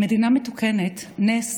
במדינה מתוקנת, נס